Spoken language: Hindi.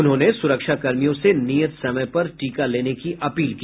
उन्होंने सुरक्षाकर्मियों से नियत समय पर टीका लेने की अपील की